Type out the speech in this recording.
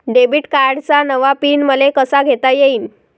Debit कार्डचा नवा pin मले कसा घेता येईन?